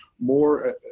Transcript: more